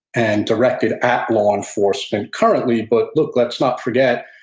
and directed at law enforcement currently, but look, let's not forget,